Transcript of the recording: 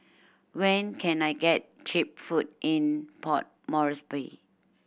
when can I get cheap food in Port Moresby